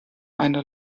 eine